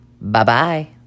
bye-bye